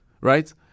right